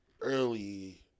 early